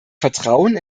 vertrauen